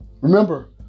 Remember